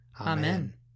Amen